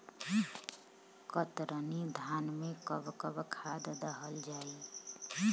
कतरनी धान में कब कब खाद दहल जाई?